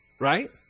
right